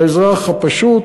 מהאזרח הפשוט,